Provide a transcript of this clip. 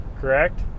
correct